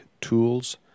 tools